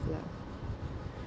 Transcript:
lah